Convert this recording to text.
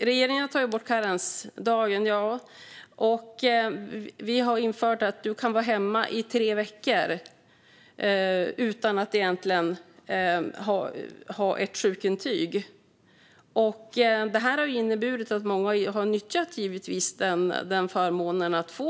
Regeringen har tagit bort karensdagen. Och vi har infört att man kan vara hemma i tre veckor utan att ha ett sjukintyg. Detta har inneburit att många givetvis har nyttjat denna förmån att